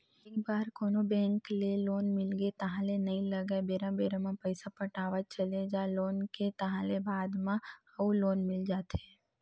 एक बार कोनो बेंक ले लोन मिलगे ताहले नइ लगय बेरा बेरा म पइसा पटावत चले जा लोन के ताहले बाद म अउ लोन मिल जाथे